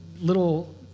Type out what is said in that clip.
little